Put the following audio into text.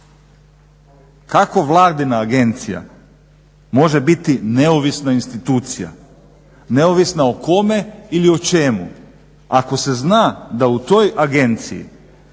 Kako vladina agencija može biti neovisna institucija? Neovisna o kome ili čemu ako se zna da u toj agenciji